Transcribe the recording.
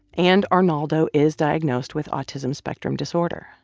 and arnaldo is diagnosed with autism spectrum disorder.